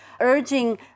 urging